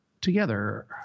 together